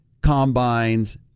combines